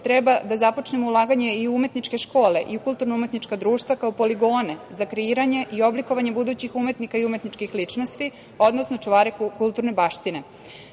treba da započnemo ulaganje i u umetničke škole i kulturno-umetnička društva kao poligone za kreiranje i oblikovanje budućih umetnika i umetničkih ličnosti, odnosno čuvare kulturne baštine. Želim